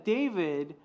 David